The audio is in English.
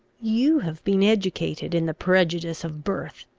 you have been educated in the prejudice of birth.